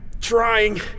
trying